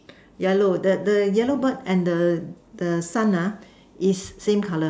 yellow the the yellow bird and the the sun uh is same color